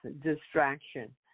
distraction